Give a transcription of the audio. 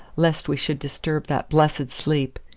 lest we should disturb that blessed sleep.